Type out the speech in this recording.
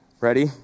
Ready